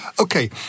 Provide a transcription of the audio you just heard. Okay